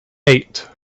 eight